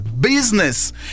Business